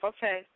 Okay